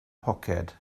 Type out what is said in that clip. poced